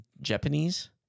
Japanese